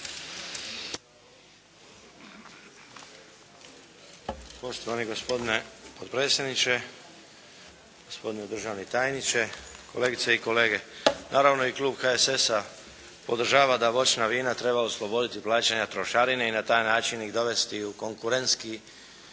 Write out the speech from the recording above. Poštovani gospodine potpredsjedniče, gospodine državni tajniče, kolegice i kolege. Naravno i Klub HSS-a podržava da voćna vina treba osloboditi plaćanja trošarine i na taj način ih dovesti u konkurentsku